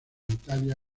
italia